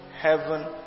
heaven